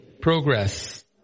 progress